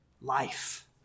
life